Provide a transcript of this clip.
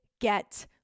get